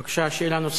בבקשה, שאלה נוספת.